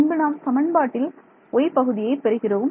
பின்பு நாம் சமன்பாட்டில் y பகுதியை பெறுகிறோம்